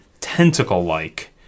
tentacle-like